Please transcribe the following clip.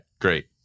great